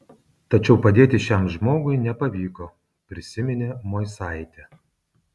tačiau padėti šiam žmogui nepavyko prisiminė moisaitė